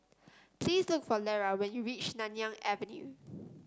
please look for Lera when you reach Nanyang Avenue